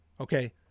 Okay